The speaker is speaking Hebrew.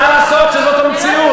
מה לעשות שזאת המציאות?